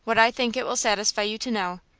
what i think it will satisfy you to know,